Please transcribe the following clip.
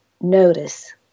notice